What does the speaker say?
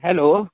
hello